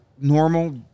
normal